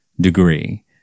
degree